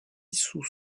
sous